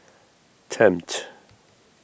Tempt